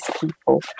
people